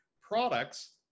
products